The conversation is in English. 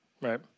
Right